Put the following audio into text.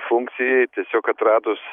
funkcijai tiesiog atradus